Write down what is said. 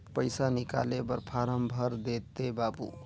पइसा निकाले बर फारम भर देते बाबु?